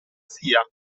zia